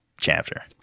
chapter